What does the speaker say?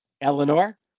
Eleanor